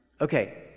Okay